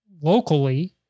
locally